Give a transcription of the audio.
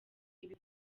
ibi